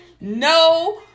No